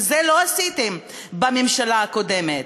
ואת זה לא עשיתם בממשלה הקודמת.